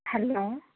hello